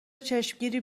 چشمگیری